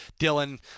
Dylan